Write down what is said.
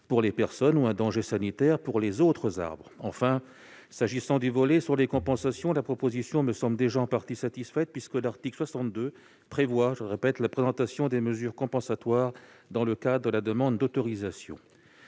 pour les personnes ou un danger sanitaire pour les autres arbres. Enfin, en ce qui concerne les compensations, cet amendement me semble déjà en partie satisfait puisque l'article 62 prévoit la présentation des mesures compensatoires dans le cadre de la demande d'autorisation.